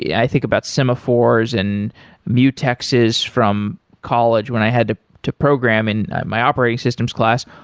yeah i think about semaphores and mutexes from college when i had to to program in my operating systems class.